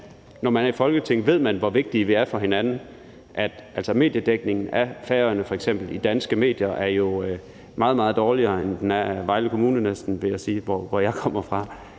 når man er i Folketinget, ved man, hvor vigtige vi er for hinanden, men mediedækningen af Færøerne i danske medier er jo f.eks. meget, meget dårligere, end den næsten er af Vejle Kommune, vil jeg sige, hvor jeg kommer fra.